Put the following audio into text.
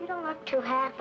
you don't have to have